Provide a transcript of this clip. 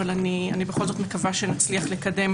אבל אני בכל זאת מקווה שנצליח לקדם